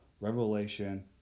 Revelation